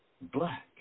Black